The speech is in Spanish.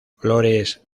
flores